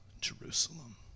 Jerusalem